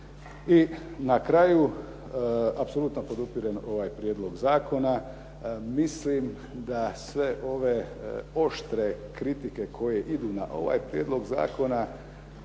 I na kraju apsolutno podupirem ovaj prijedlog zakona. Mislim da sve ove oštre kritike koje idu na ovaj prijedlog zakona